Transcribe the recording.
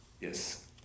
yes